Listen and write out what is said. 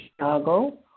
Chicago